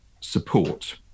support